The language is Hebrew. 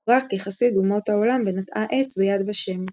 הוכרה כחסיד אומות העולם ונטעה עץ ביד ושם.